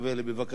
בבקשה.